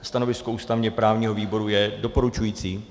Stanovisko ústavněprávního výboru je doporučující.